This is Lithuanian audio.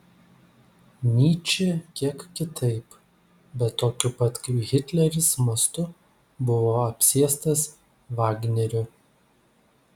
nyčė kiek kitaip bet tokiu pat kaip hitleris mastu buvo apsėstas vagnerio